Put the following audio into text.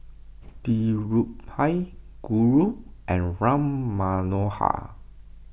Dhirubhai Guru and Ram Manohar